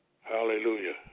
Hallelujah